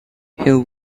hill